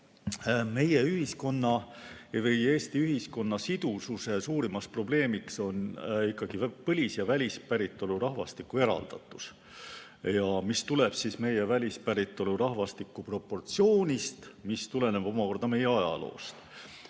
Meie ühiskonna või Eesti ühiskonna sidususe suurimaks probleemiks on ikkagi põlis‑ ja välispäritolu rahvastiku eraldatus. See tuleneb meie välispäritolu rahvastiku proportsioonist, mis tuleneb omakorda meie ajaloost.